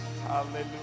Hallelujah